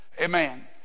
Amen